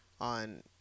on